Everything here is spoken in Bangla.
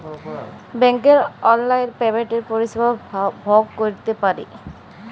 ব্যাংকের অললাইল পেমেল্টের পরিষেবা ভগ ক্যইরতে পারি